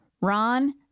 Ron